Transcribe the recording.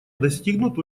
достигнут